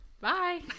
Bye